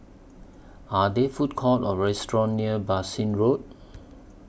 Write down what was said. Are There Food Courts Or restaurants near Bassein Road